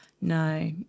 No